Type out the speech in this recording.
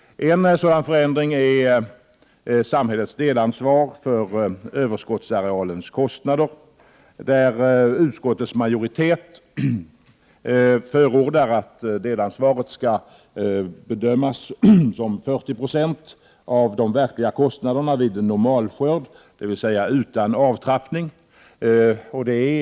En sådan förändring gäller samhällets delansvar för överskottsarealens kostnader. Utskottsmajoriteten förordar att delansvaret skall bedömas till 40 926 av de verkliga kostnaderna vid normalskörd, dvs. utan avtrappning.